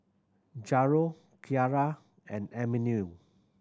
Jairo Kyara and Emanuel